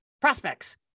prospects